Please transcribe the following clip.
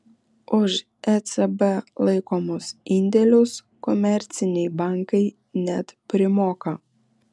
už ecb laikomus indėlius komerciniai bankai net primoka